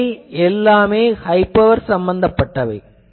இவை எல்லாம் high power சார்ந்தவையாகும்